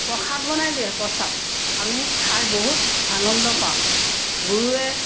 প্ৰসাদ বনাই দিয়ে প্ৰসাদ আমি খাই বহুত আনন্দ পাওঁ গুৰুৱে